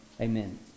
amen